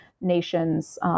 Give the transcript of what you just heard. Nations